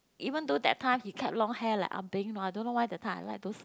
even though that time he kept long hair like ah beng you know I don't know why that time I like those